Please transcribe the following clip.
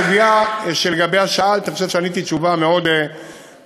בסוגיה שלגביה שאלת אני חושב שעניתי תשובה מאוד ברורה.